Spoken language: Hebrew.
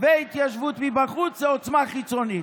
והתיישבות מבחוץ, זאת עוצמה חיצונית,